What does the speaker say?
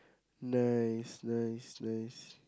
nice nice nice